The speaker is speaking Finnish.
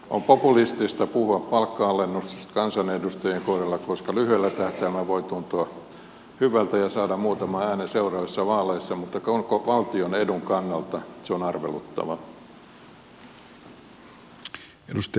on populistista puhua palkka alennuksesta kansanedustajien kohdalla koska lyhyellä tähtäimellä voi tuntua hyvältä ja saada muutaman äänen seuraavissa vaaleissa mutta koko valtion edun kannalta se on arveluttavaa